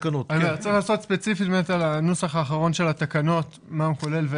צריך לעשות ספציפית על הנוסח האחרון של התקנות מה הוא כולל.